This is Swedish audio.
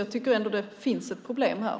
Jag tycker därför att det finns ett problem här.